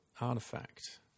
artifact